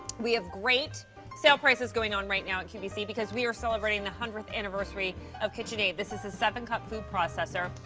we have great sale price is going on right now at qvc because we are celebrating the one hundredth anniversary of kitchenaid, this is a seven cup food processor,